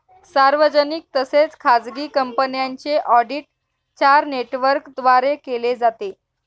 सार्वजनिक तसेच खाजगी कंपन्यांचे ऑडिट चार नेटवर्कद्वारे केले जाते